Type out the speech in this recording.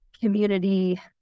community